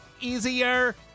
easier